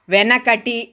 వెనకటి